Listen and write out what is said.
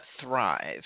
thrive